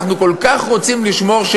שאנחנו כל כך רוצים לשמור,